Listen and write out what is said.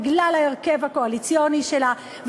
בגלל ההרכב הקואליציוני שלה.